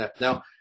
now